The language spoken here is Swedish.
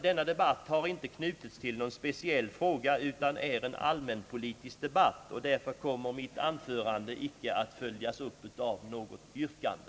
Denna debatt har inte knutits till någon speciell fråga utan är en allmänpolitisk debatt, och därför kommer mitt anförande inte att följas upp av något yrkande.